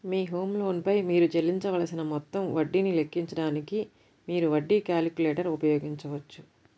మీ home loan పై మీరు చెల్లించవలసిన మొత్తం వడ్డీని లెక్కించడానికి, మీరు వడ్డీ క్యాలిక్యులేటర్ ఉపయోగించవచ్చు